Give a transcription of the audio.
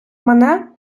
мане